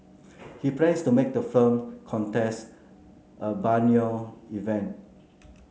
he plans to make the film contest a biennial event